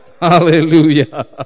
Hallelujah